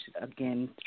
again